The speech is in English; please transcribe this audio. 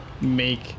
make